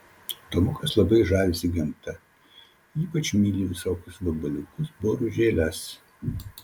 tomukas labai žavisi gamta ypač myli visokius vabaliukus boružėles